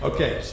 Okay